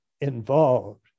involved